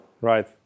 Right